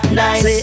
nice